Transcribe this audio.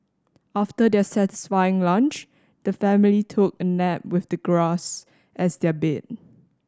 after their satisfying lunch the family took a nap with the grass as their bed